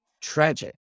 tragic